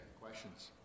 Questions